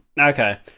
Okay